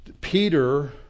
Peter